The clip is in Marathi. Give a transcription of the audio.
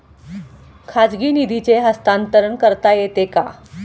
खाजगी निधीचे हस्तांतरण करता येते का?